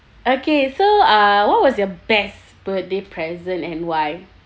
okay so uh what was your best birthday present and why